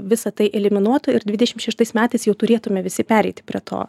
visa tai eliminuotų ir dvidešim šeštais metais jau turėtume visi pereiti prie to